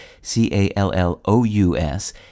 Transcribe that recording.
C-A-L-L-O-U-S